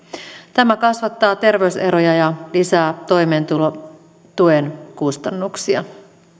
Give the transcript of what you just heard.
tämä kasvattaa terveyseroja ja lisää toimeentulotuen kustannuksia